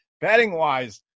betting-wise